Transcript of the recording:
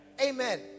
Amen